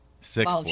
Six